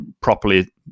properly